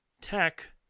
Tech